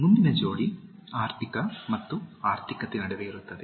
ಮುಂದಿನ ಜೋಡಿ ಆರ್ಥಿಕ ಮತ್ತು ಆರ್ಥಿಕತೆ ನಡುವೆ ಇರುತ್ತದೆ